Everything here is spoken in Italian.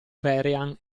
vehrehan